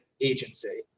agency